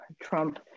Trump